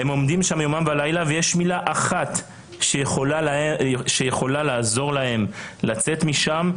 הם עומדים שם יומם ולילה ויש מילה אחת שיכולה לעזור להם לצאת משם,